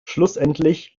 schlussendlich